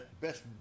best